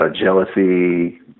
jealousy